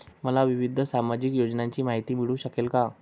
मला विविध सामाजिक योजनांची माहिती मिळू शकेल का?